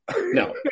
No